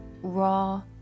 raw